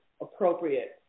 appropriate